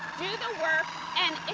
do the work and